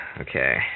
okay